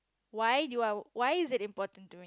why do I why is that important to